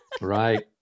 Right